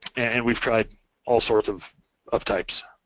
and we've tried all sorts of of types,